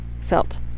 felt